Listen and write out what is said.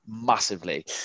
massively